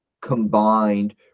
combined